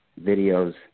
videos